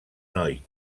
noi